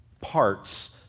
parts